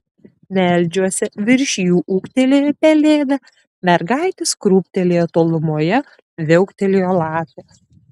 medžiuose virš jų ūktelėjo pelėda mergaitės krūptelėjo tolumoje viauktelėjo lapė